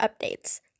updates